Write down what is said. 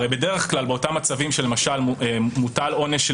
הרי בדרך כלל באותם מצבים שבהם מוטל עונש של